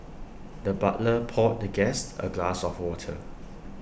the butler poured the guest A glass of water